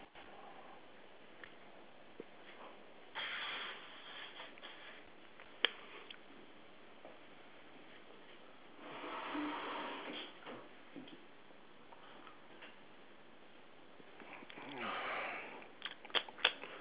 is there a shoot word down there a shoot word there's a oh K that's I think that's one of the difference thing different thing